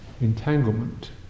entanglement